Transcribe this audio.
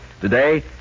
Today